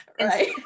Right